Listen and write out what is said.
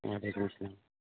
وعلیکم السلام